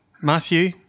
Matthew